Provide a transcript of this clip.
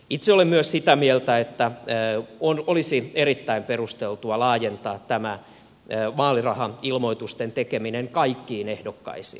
itse olen myös sitä mieltä että olisi erittäin perusteltua laajentaa tämä vaalirahailmoitusten tekeminen kaikkiin ehdokkaisiin